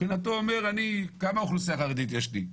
מבחינתו הוא אומר: כמה אוכלוסייה חרדית יש לי?